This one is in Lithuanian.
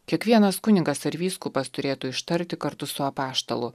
kiekvienas kunigas ar vyskupas turėtų ištarti kartu su apaštalu